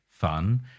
fun